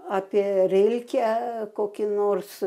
apie rilkę kokį nors